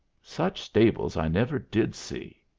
such stables i never did see.